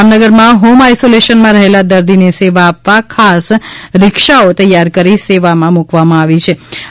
જામનગરમાં હોમઆઈસોલેશનમાં રહેલા દર્દીને સેવા આપવા ખાસ રિક્ષાઓ તૈયાર કરી સેવામાં મૂકવામાં આવીછે